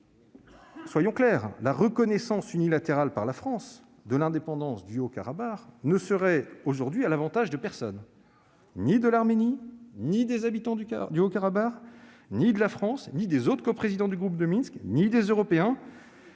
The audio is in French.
soyons clairs, la reconnaissance unilatérale par la France de l'indépendance du Haut-Karabagh ne serait aujourd'hui à l'avantage de personne : ni de l'Arménie, ni des habitants du Haut-Karabagh, ni de la France, ni des autres coprésidents du groupe de Minsk, ni des Européens.